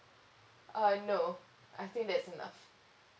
uh no I think that's enough